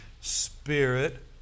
Spirit